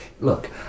look